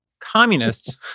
communists